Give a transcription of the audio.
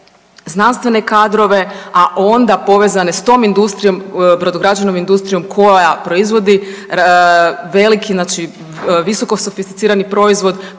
znanstvene kadrove, a onda povezane s tom industrijom, brodograđevnom industrijom koja proizvodi veliki znači visokosofisticirani proizvod